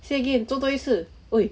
say again 做多一次 !oi!